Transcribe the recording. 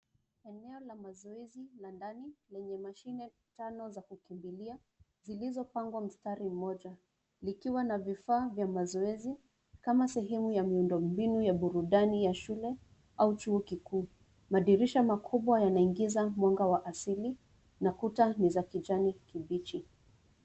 Eneo la mazoezi la ndani lenye mashine tano za kukimbilia zilizopangwa mstari mmoja likiwa na vifaa vya mazoezi kama sehemu ya miundombinu ya burudani ya shule au chuo kikuu. Madirisha makubwa yanaingiza mwanga wa asili na kuta ni za kijani kibichi.